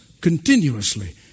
continuously